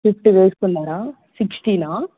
fifty వేసుకున్నారా సిక్స్టీనా